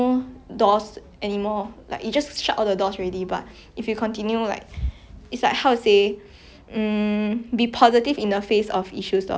mm be positive in the face of issues lor I feel like that's that's a lot of like a common theme that like K drama have and it's like